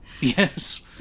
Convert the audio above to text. Yes